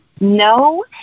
No